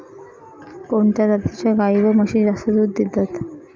कोणत्या जातीच्या गाई व म्हशी जास्त दूध देतात?